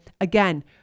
again